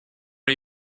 are